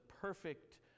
perfect